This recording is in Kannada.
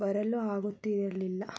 ಬರಲು ಆಗುತ್ತಿರಲಿಲ್ಲ